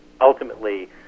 ultimately